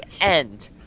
end